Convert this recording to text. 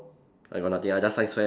I got nothing I just science fair